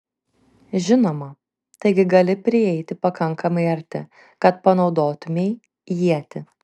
žinoma taigi gali prieiti pakankamai arti kad panaudotumei ietį